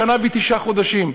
שנה ותשעה חודשים,